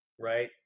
right